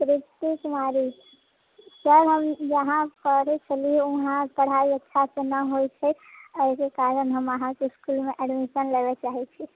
रितु कुमारी काल्हि हम जहाँ सऽ पढ़ै छलियै वहाॅं पढाइ अच्छा सऽ न होइ छै एहिके कारण हम अहाँके इसकूलमे एडमिशन लेबय चाहै छी